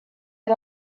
had